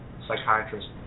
psychiatrist